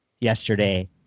yesterday